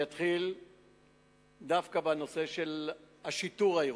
אני אתחיל דווקא בנושא של השיטור העירוני.